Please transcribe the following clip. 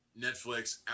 Netflix